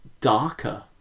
darker